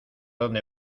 dónde